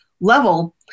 level